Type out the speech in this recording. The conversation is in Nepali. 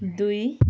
दुई